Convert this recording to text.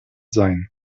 sein